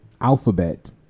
alphabet